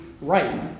right